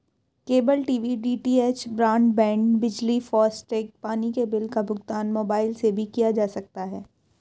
cable TV DTH, broadband, बिजली, FASTag, पानी के बिल का भुगतान मोबाइल से भी किया जा सकता है